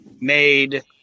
made